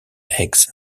eggs